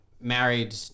married